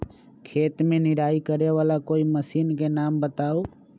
खेत मे निराई करे वाला कोई मशीन के नाम बताऊ?